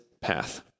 path